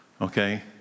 Okay